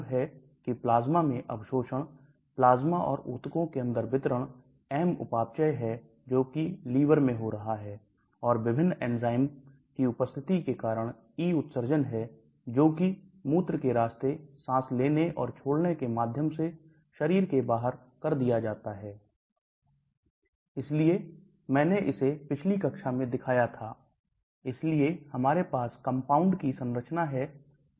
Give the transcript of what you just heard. घुलनशीलता हम GI मैं घुलनशीलता के बारे में बात कर रहे हैं इसका मतलब है कि इसमें पानी की अच्छी घुलनशीलता है मतलब है कि यह ध्रुवीय होना चाहिए लेकिन जब आप पारगम्यता की बात करते हैं इसको membrane lipid bilayer को पार करना चाहिए और रक्त प्रभाव में पहुंचना चाहिए